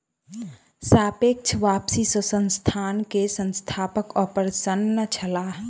सापेक्ष वापसी सॅ संस्थान के संस्थापक अप्रसन्न छलाह